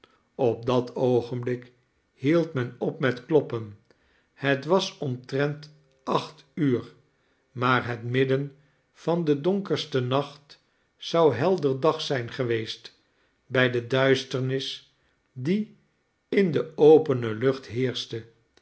op dat oogenblik hield men op met kloppen het was omtrent acht uur maar het midden van den donkersten nacht zou helder dag zijn geweest bij de duisternis die in de opene lucht heerschte